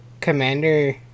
Commander